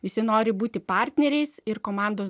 visi nori būti partneriais ir komandos